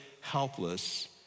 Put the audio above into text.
helpless